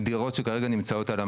ודירות שכרגע נמצאות על המדף,